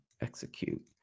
execute